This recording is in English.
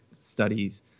studies